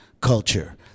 culture